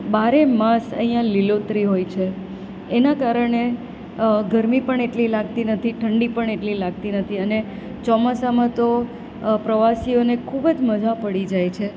બારેમાસ અહીંયા લીલોતરી હોય છે એના કારણે ગરમી પણ એટલી લાગતી નથી ઠંડી પણ એટલી લાગતી નથી અને ચોમાસામાં તો પ્રવાસીઓને તો ખૂબ જ મજા પડી જાય છે